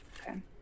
Okay